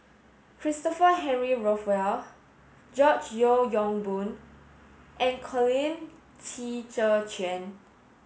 Christopher Henry Rothwell George Yeo Yong Boon and Colin Qi Zhe Quan